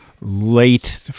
late